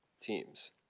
teams